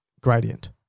gradient